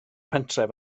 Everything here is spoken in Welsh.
pentref